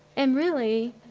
and really,